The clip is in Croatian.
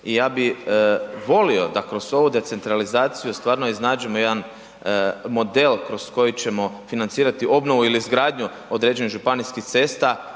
i ja bi volio da kroz ovu decentralizaciju stvarno iznađemo jedan model kroz koji ćemo financirati obnovu ili izgradnju određenih županijskih cesta,